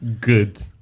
good